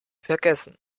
vergessen